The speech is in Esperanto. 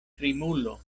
krimulo